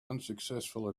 unsuccessful